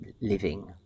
living